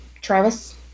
Travis